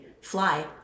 fly